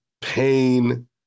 pain